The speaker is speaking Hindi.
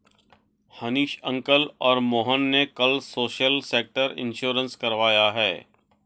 हनीश अंकल और मोहन ने कल सोशल सेक्टर इंश्योरेंस करवाया है